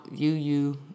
UU